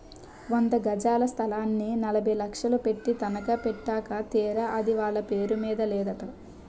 వంద గజాల స్థలాన్ని నలభై లక్షలు పెట్టి తనఖా పెట్టాక తీరా అది వాళ్ళ పేరు మీద నేదట